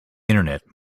internet